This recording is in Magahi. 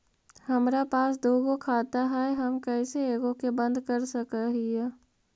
हमरा पास दु गो खाता हैं, हम कैसे एगो के बंद कर सक हिय?